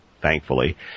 thankfully